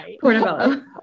Portobello